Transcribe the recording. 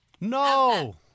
No